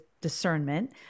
discernment